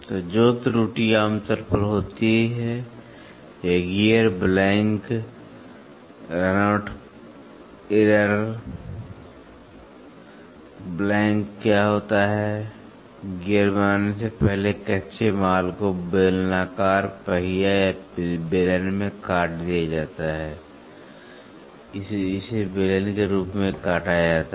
तो जो त्रुटि आम तौर पर होती है या gear blank run out error blank क्या होता है गियर बनाने से पहले कच्चे माल को बेलनाकार पहिया या बेलन में काट दिया जाता है इसे बेलन के रूप में काटा जाता है